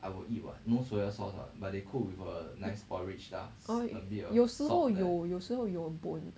orh 时候有有时候有 bone